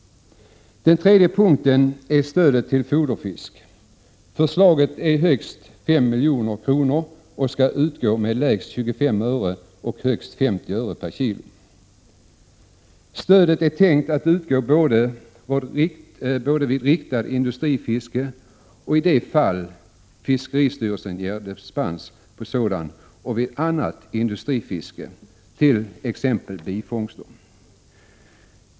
Den tredje punkten är stödet till foderfisk. Förslaget innebär ett stöd med högst 5 milj.kr. som skall utgå med lägst 25 öre och högst 50 öre per kilo. Stödet är tänkt att utgå både vid riktat industrifiske i de fall fiskeristyrelsen ger dispens på sådan och vid annat industrifiske, t.ex. bifångster.